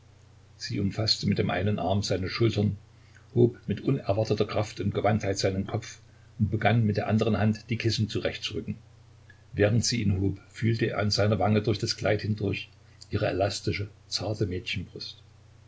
sie umfaßte mit dem einen arm seine schultern hob mit unerwarteter kraft und gewandtheit seinen kopf und begann mit der andern hand die kissen zurechtzurücken während sie ihn hob fühlte er an seiner wange durch das kleid hindurch ihre elastische zarte mädchenbrust